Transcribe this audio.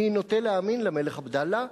אני נוטה להאמין למלך עבדאללה.